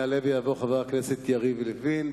יעלה ויבוא חבר הכנסת יריב לוין.